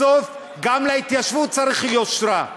בסוף, גם להתיישבות צריך יושרה,